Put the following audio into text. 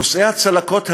נושאי הצלקות האלה,